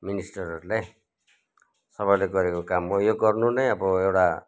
मिनिस्टरहरूले सबैले गरेको काम हो यो गर्नु नै अब एउटा